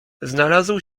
znalazł